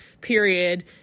period